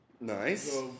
Nice